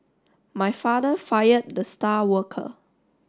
my father fired the star worker